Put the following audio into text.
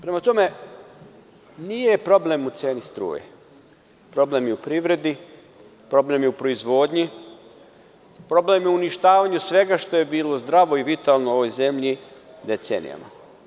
Prema tome, nije problem u ceni struje, problem je u privredi, u proizvodi, u uništavanju svega što je bilo zdravo i vitalno u ovoj zemlji decenijama.